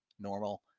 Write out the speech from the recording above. normal